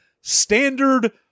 standard